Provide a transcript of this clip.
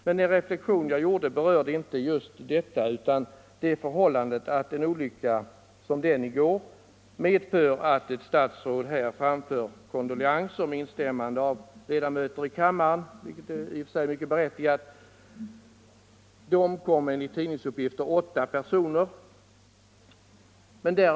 Min reflexion berör det förhållandet, att en olycka som den i går medför att ett statsråd här framför kondoleanser med instämmande av ledamöter i kammaren -— vilket i och för sig är berättigat — då enligt tidningsuppgifter åtta personer omkommit.